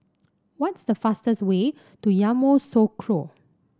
what's the fastest way to Yamoussoukro